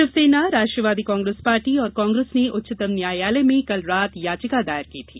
शिवसेना राष्ट्रवादी Congress party और Congress ने उच्चतम न्यायालय में कल रात याचिका दायर की थी